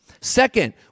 Second